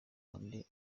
undi